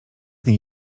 niej